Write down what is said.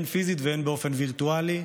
הן פיזית והן באופן וירטואלי.